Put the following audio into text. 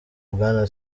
bwana